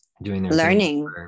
learning